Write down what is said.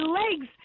legs